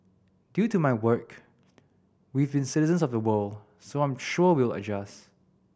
due to my work we've been citizens of the world so I'm sure we'll adjust